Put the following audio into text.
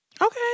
Okay